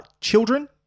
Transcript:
children